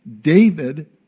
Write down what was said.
David